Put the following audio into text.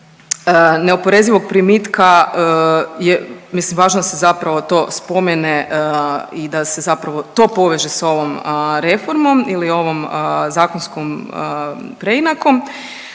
ne oporezivog primitka mislim važno je da se to spomene i da se to poveže s ovom reformom ili ovom zakonskom preinakom.